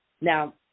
Now